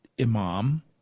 imam